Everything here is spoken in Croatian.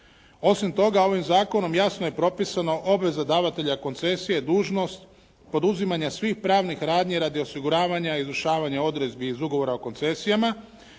Osim toga ovim zakonom jasno je propisano obaveza davatelja koncesije, dužnost poduzimanja svih pravnih radnji radi osiguravanja i izvršavanja odredbi iz ugovora o koncesijama.